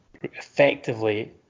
effectively